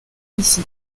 ici